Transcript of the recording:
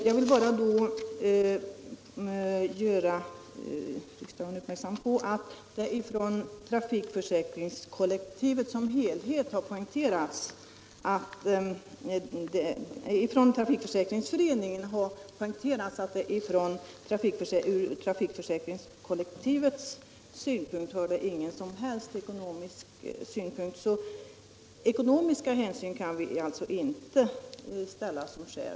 Jag vill bara göra riksdagen uppmärksam på att trafikförsäkringsföreningen poängterat att det ur trafikförsäkringskollektivets synpunkt inte har någon som helst ekonomisk betydelse. Vi kan alltså inte ange ekonomiska hänsyn som skäl.